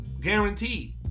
Guaranteed